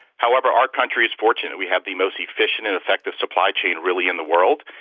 however, our country is fortunate. we have the most efficient and effective supply chain, really, in the world.